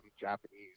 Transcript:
Japanese